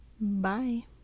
Bye